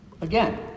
again